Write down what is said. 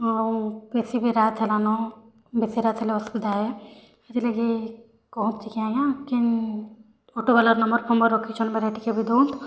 ଆଉ ବେଶୀ ବି ରାଏତ୍ ହେଲାନ ବେଶୀ ରାଏତ୍ ହେଲେ ଅସବିଧା ଏ ହେତିର୍ ଲାଗି କହୁଁତ୍ ଟିକେ ଆଜ୍ଞା କେନ୍ ଅଟୋ ବାଲାର୍ ନମ୍ବର୍ ଫମ୍ବର୍ ରଖିଛନ୍ ବଲେ ଟିକେ ବି ଦେଉନ୍ତ୍